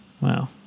wow